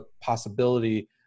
possibility